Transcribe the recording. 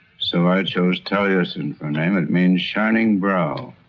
so i chose taliesin for a name, it means shining brow.